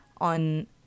on